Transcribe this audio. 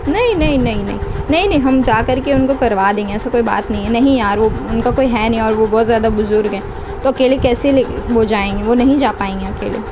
نہیں نہیں نہیں نہیں نہیں نہیں ہم جا کر کے ان کو کروا دیں گے ایسا کوئی بات نہیں ہے نہیں یار وہ ان کا کوئی ہے نہیں اور وہ بہت زیادہ بزرگ ہیں تو اکیلے کیسے وہ جائیں گے وہ نہیں جا پائیں گے اکیلے